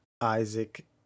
Isaac